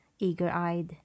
eager-eyed